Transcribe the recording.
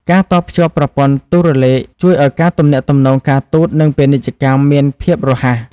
ការតភ្ជាប់ប្រព័ន្ធទូរលេខជួយឱ្យការទំនាក់ទំនងការទូត និងពាណិជ្ជកម្មមានភាពរហ័ស។